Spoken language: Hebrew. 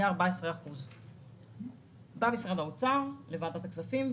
14%. משרד האוצר בא לוועדת הכספים,